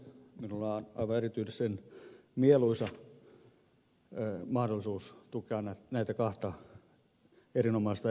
minulla on aivan erityisen mieluisa mahdollisuus tukea näitä kahta erinomaista edellistä puheenvuoroa